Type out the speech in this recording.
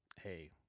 hey